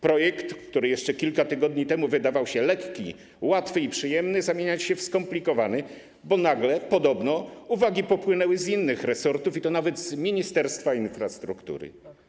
Projekt, który jeszcze kilka tygodni temu wydawał się lekki, łatwy i przyjemny, zamienia się w skomplikowany, bo nagle podobno uwagi popłynęły z innych resortów, nawet z Ministerstwa Infrastruktury.